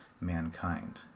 mankind